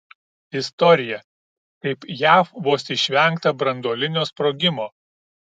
istorija kaip jav vos išvengta branduolinio sprogimo